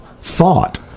thought